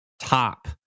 top